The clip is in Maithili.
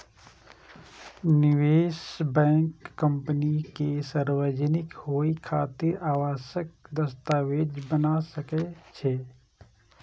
निवेश बैंक कंपनी के सार्वजनिक होइ खातिर आवश्यक दस्तावेज बना सकै छै